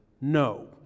no